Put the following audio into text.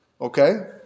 okay